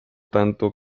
tanto